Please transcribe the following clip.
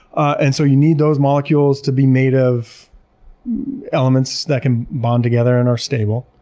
and so you need those molecules to be made of elements that can bond together and are stable,